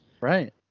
Right